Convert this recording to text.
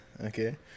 Okay